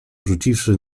rzuciwszy